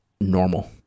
normal